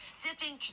sifting